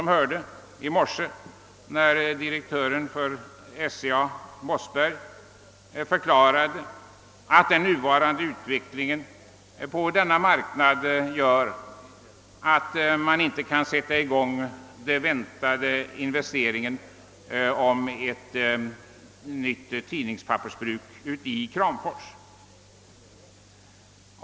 Vi hörde i morse direktören för SCA Eje Mossberg förklara att den nuvarande utvecklingen på denna marknad gör att den väntade investeringen i ett nytt tidningspappersbruk i Kram fors inte kan komma till stånd.